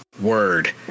word